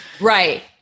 right